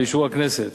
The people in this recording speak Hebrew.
באישור הכנסת.